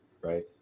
Right